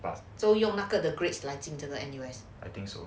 so 用那个的 grades 来进那个 N_U_S